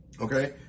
Okay